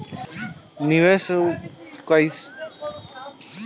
निवेस कईला मे कउन कउन जोखिम उठावे के परि?